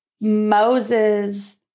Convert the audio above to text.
Moses